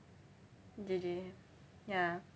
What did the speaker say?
J_J ya